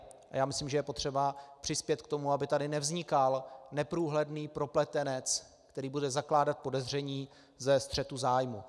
A já myslím, že je potřeba přispět k tomu, aby tady nevznikal neprůhledný propletenec, který bude zakládat podezření ze střetu zájmů.